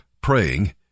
praying